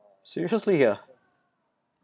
seriously ah